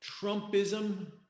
Trumpism